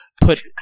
put